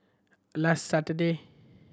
last Saturday